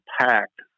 packed